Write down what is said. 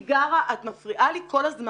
היא גרה את מפריעה לי כל הזמן.